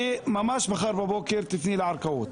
שממש מחר בבוקר תפני לערכאות.